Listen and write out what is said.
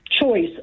choice